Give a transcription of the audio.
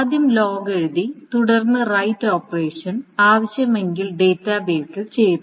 ആദ്യം ലോഗ് എഴുതി തുടർന്ന് റൈറ്റ് ഓപ്പറേഷൻ ആവശ്യമെങ്കിൽ ഡാറ്റാബേസിൽ ചെയ്തു